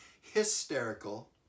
hysterical